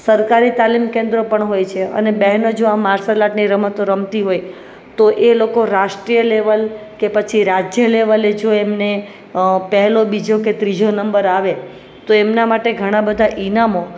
સરકારી તાલીમ કેન્દ્રો પણ હોય છે અને બહેનો જો આ માર્સલ આર્ટની રમતો રમતી હોય તો એ લોકો રાષ્ટ્રીય લેવલ કે પછી રાજ્ય લેવેલે જો એમને પહેલો બીજો કે ત્રીજો નંબર આવે તો એમના માટે ઘણા બધા ઇનામો